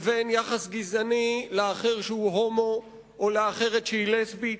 ובין יחס גזעני לאחר שהוא הומו או לאחרת שהיא לסבית.